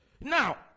now